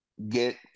get